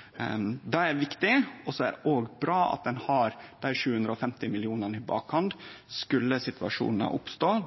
dei 750 mill. kr i bakhand om det skulle oppstå situasjonar